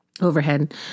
overhead